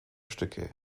stücke